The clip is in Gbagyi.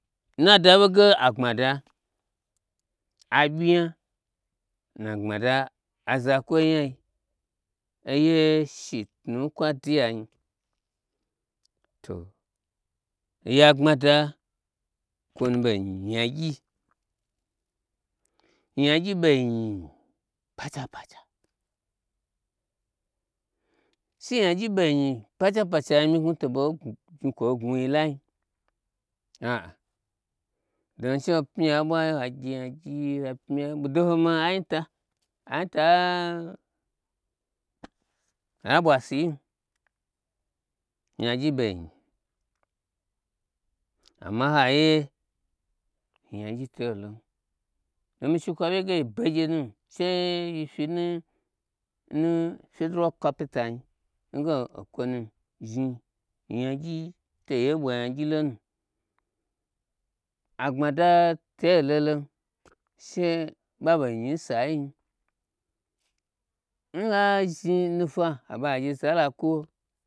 Nnadaboge agbmada aɓyi nya ni na gbmada azakwoi nyai oye shi tnu nkwa duyanyi to oya gbmada kwo nu ɓei nyi nyagyi, nyagyi bei nyi pacha pacha. She nyagyi ɓei nyi pa cha pachanyi myi knwu to bei gmwu kwoi gnwui lai a'a don she ho pmyi ya n ɓmai hagye nyagyi ha pmyi ya dongima cinta bwa si yim, nyagyi ɓei nyi amma nhaiye nyagyi to lom to mi shi kwa wye ge begeyne nu she yi siji nu n federal capita nyi nge okwo nu zhni, nyagyi to ye’ ɓwa nya gyi lonu agbmada te lolon she ɓaɓei nyi n sai nyin n ha zhni nufwa ha be hagye zala kwu ho